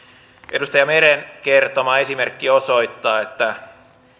edustaja meren kertoma esimerkki osoittaa että